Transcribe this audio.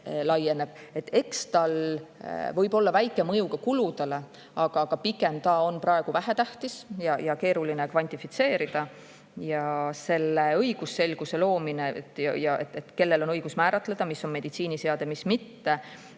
laieneb. Eks sel võib olla väike mõju ka kuludele, aga pigem on see praegu vähetähtis ja seda on keeruline kvantifitseerida. Selle õigusselguse loomine, kellel on õigus määratleda, mis on meditsiiniseade, mis mitte,